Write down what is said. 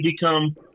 become